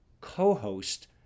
co-host